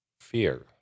fear